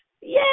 Yay